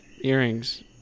earrings